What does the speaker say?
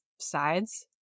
sides